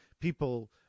people